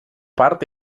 part